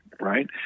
right